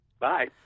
Bye